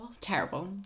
Terrible